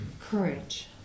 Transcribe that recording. courage